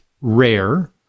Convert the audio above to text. rare